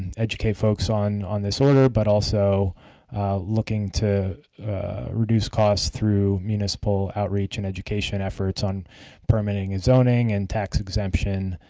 educate folks on on this order, but also looking to reduce costs through municipal outreach and education efforts on permitting and zoning and tax exemption